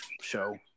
show